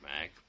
Mac